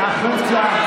חברת הכנסת דיסטל, החוצה.